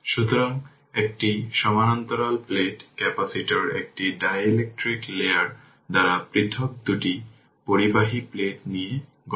সুতরাং এইভাবে এটি তৈরি করতে পারে তাই i 3 source v0 u t এবং এটি ইকুইভ্যালেন্ট সার্কিট